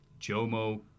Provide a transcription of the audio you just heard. Jomo